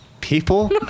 people